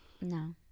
No